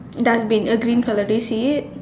dustbin a green colour do you see it